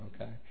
okay